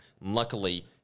Luckily